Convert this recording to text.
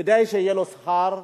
כדי שיהיה לו שכר.